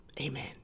Amen